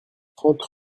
trente